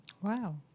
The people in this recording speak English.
Wow